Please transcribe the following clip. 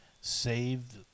saved